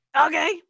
Okay